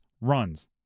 runs